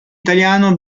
italiano